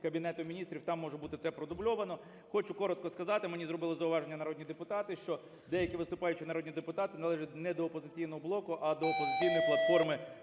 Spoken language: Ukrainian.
Кабінетом Міністрів, там може бути це продубльовано. Хочу коротко сказати, мені зробили зауваження народні депутати, що деякі виступаючі народні депутати належать не до "Опозиційного блоку", а до "Опозиційної платформи